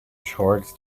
shorts